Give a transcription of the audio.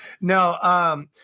No